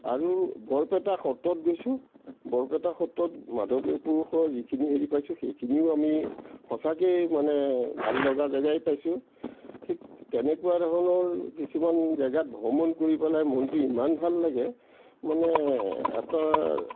আৰু বৰপেটা সত্ৰত গৈছোঁ বৰপেটা সত্ৰত মাধৱদেৱ পুৰুষৰ যিখিনি হেৰি পাইছোঁ সেইখিনিও আমি সঁচাকৈয়ে মানে ভাল লগা জেগায়েই পাইছোঁ ঠিক তেনেকুৱা ধৰণৰ কিছুমান জেগাত ভ্ৰমণ কৰি পেলাই মনটো ইমান ভাল লাগে মানে আপোনাৰ